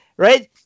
Right